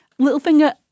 Littlefinger